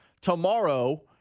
tomorrow